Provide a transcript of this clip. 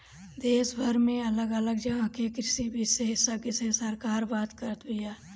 देशभर में अलग अलग जगह के कृषि विशेषग्य से सरकार बात करत बिया